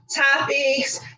topics